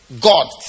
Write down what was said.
God